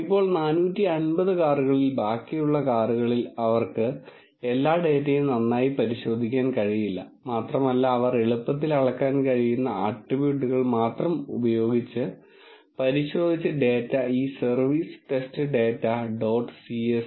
ഇപ്പോൾ 450 കാറുകളിൽ ബാക്കിയുള്ള കാറുകളിൽ അവർക്ക് എല്ലാ ഡാറ്റയും നന്നായി പരിശോധിക്കാൻ കഴിയില്ല മാത്രമല്ല അവർ എളുപ്പത്തിൽ അളക്കാൻ കഴിയുന്ന ആട്രിബ്യൂട്ടുകൾ മാത്രം പരിശോധിച്ച് ഡാറ്റ ഈ service test data dot csv